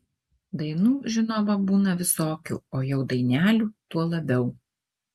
dainų žinoma būna visokių o jau dainelių tuo labiau